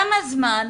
כמה זמן?